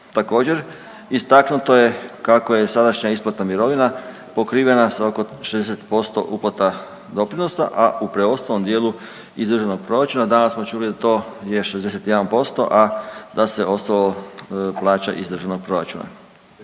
Također istaknuto je kako je sadašnja isplata mirovina pokrivena sa oko 60% uplata doprinosa, a u preostalom dijelu iz državnog proračuna, danas smo čuli da to je 61%, a da se ostalo plaća iz državnog proračuna.